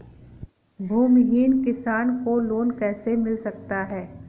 भूमिहीन किसान को लोन कैसे मिल सकता है?